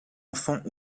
enfants